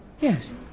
Yes